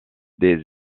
des